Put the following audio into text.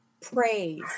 praise